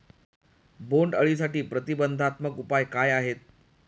बोंडअळीसाठी प्रतिबंधात्मक उपाय काय आहेत?